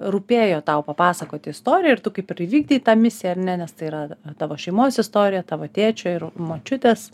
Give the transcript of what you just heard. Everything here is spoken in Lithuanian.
rūpėjo tau papasakot istoriją ir tu kaip ir įvykdei tą misija ar ne nes tai yra tavo šeimos istorija tavo tėčio ir močiutės